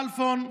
כלפון,